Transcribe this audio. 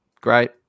great